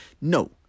No